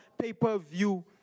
pay-per-view